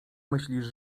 myślisz